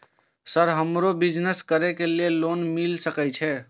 Sir हमरो business करके ली ये लोन मिल सके छे?